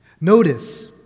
Notice